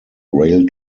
rail